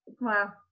Wow